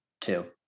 two